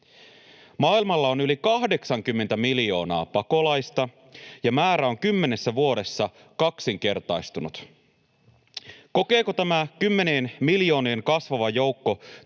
Maailmalla on yli 80 miljoonaa pakolaista, ja määrä on 10 vuodessa kaksinkertaistunut. Kokeeko tämä kymmenien miljoonien kasvava joukko